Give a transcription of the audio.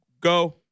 go